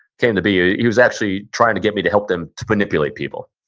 came to be, he was actually trying to get me to help them to manipulate people.